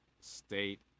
State